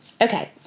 Okay